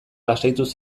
lasaituz